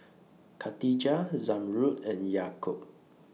Khatijah Zamrud and Yaakob